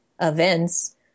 events